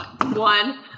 One